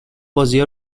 بازیا